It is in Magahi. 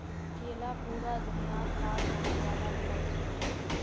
केला पूरा दुन्यात पाल जाने वाला फल छिके